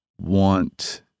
want